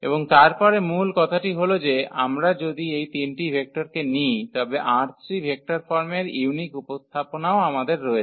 এবং তারপরে মূল কথাটি হল যে আমরা যদি এই 3 টি ভেক্টরকে নিই তবে ℝ3 ভেক্টর ফর্মের ইউনিক উপস্থাপনাও আমাদের রয়েছে